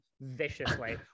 viciously